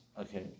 okay